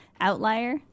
Outlier